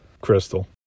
Crystal